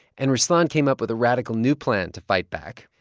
and ruslan came up with a radical new plan to fight back.